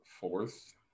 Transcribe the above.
Fourth